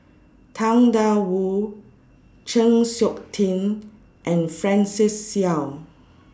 Tang DA Wu Chng Seok Tin and Francis Seow